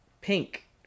pink